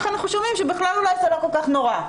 שומעים ממך שבכלל אולי זה לא כל-כך נורא.